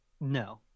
No